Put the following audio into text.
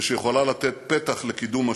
ושיכולה לתת פתח לקידום השלום.